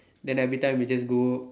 and every time it just go